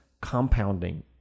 compounding